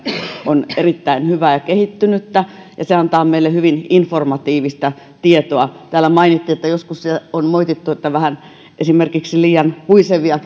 on erittäin hyvää ja kehittynyttä ja se antaa meille hyvin informatiivista tietoa täällä mainittiin että joskus on moitittu että esimerkiksi vähän liian puisevia